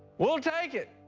we'll take it.